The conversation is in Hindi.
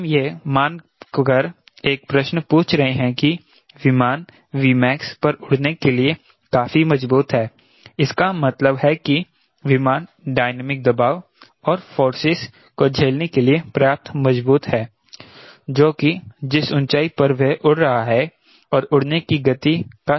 हम यह मान कर एक प्रश्न पूछ रहे हैं कि विमान Vmax पर उड़ने के लिए काफी मजबूत है इसका मतलब है कि विमान डायनामिक दबाव और फोर्सेस को झेलने के लिए पर्याप्त मजबूत है जो कि जिस ऊंचाई पर वह उड़ रहा है और उड़ने की गति का संयोजन है